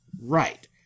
Right